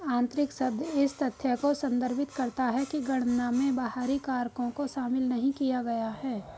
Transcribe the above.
आंतरिक शब्द इस तथ्य को संदर्भित करता है कि गणना में बाहरी कारकों को शामिल नहीं किया गया है